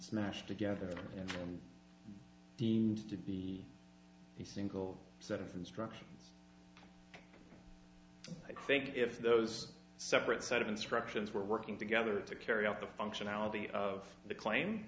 smashed together and deemed to be the single set of instructions i think if those separate set of instructions were working together to carry out the functionality of the claim